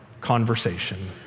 conversation